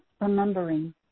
remembering